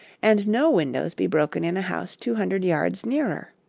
and no windows be broken in a house two hundred yards nearer.